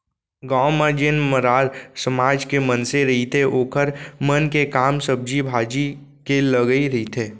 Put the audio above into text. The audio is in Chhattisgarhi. गाँव म जेन मरार समाज के मनसे रहिथे ओखर मन के काम सब्जी भाजी के लगई रहिथे